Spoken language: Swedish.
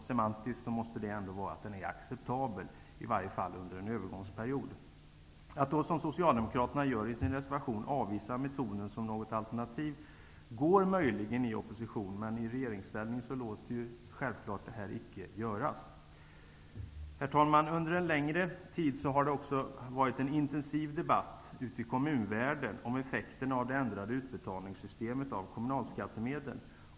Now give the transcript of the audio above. Semantiskt måste det ändå vara att den är acceptabel åtminstone under en övergångsperiod. Att då, som Socialdemokraterna gör i sin reservation, avvisa metoden som ett alternativ går möjligen i opposition, men i regeringsställning låter sig detta självfallet icke göras. Herr talman! Under en längre tid har det varit en intensiv debatt ute i kommunvärlden om effekterna av det ändrade utbetalningssystemet för kommunalskattemedel.